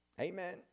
amen